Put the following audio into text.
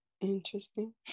interesting